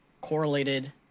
correlated